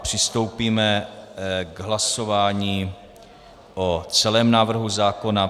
Přistoupíme k hlasování o celém návrhu zákona.